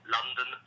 London